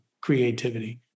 creativity